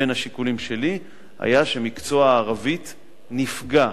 בין השיקולים שלי היה שמקצוע הערבית נפגע,